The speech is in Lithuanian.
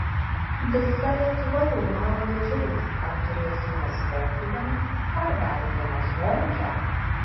visa lietuva jau mala liežuviais ar turėsime zvonkuvienę ar dar vieną zvonkę